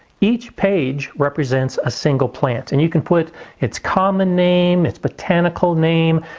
each page represents a single plant and you can put its common name, its botanical name,